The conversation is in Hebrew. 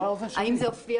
האם זה הופיע